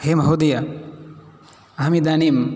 हे महोदय अहमिदानीं